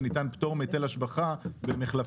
וניתן פטור מהיטל השבחה במחלפים,